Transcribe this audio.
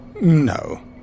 No